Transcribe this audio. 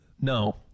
No